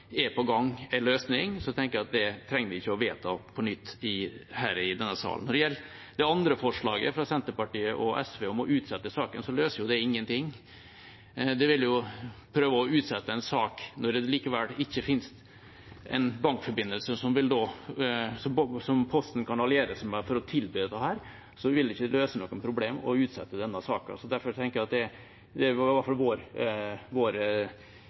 løsning på gang, tenker jeg at det trenger vi ikke å vedta på nytt her i denne salen. Når det gjelder det andre forslaget, fra Senterpartiet og SV, om å utsette saken, løser jo det ingenting. Når det likevel ikke finnes en bankforbindelse som Posten kan alliere seg med for å tilby dette, vil det ikke løse noe problem å utsette denne saken. Det er vår forklaring på hvorfor vi ikke stemmer for noen av disse to forslagene – for det